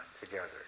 together